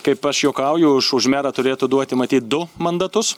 kaip aš juokauju už už merą turėtų duoti matyt du mandatus